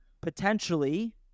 potentially